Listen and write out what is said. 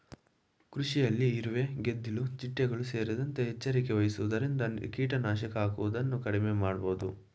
ಕೃಷಿಭೂಮಿಯಲ್ಲಿ ಇರುವೆ, ಗೆದ್ದಿಲು ಚಿಟ್ಟೆಗಳು ಸೇರಿದಂತೆ ಎಚ್ಚರಿಕೆ ವಹಿಸುವುದರಿಂದ ಕೀಟನಾಶಕ ಹಾಕುವುದನ್ನು ಕಡಿಮೆ ಮಾಡಬೋದು